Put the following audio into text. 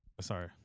Sorry